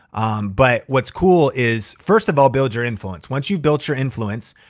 but what's cool is first of all, build your influence. once you've built your influence,